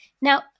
Now